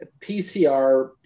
PCR